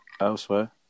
elsewhere